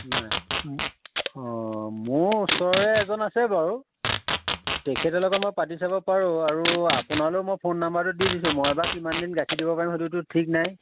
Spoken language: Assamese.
নাই অঁ মোৰ ওচৰৰে এজন আছে বাৰু তেখেতৰ লগত মই পাতি চাব পাৰোঁ আৰু আপোনালৈও মই ফোন নাম্বাৰটো দি দিছোঁ মই বা কিমান দিন গাখীৰ দিব পাৰিম সেইটোতো ঠিক নাই